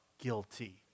guilty